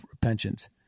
pensions